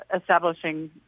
establishing